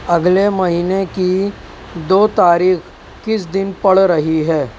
اگلے مہینے کی دو تاریخ کس دن پڑ رہی ہے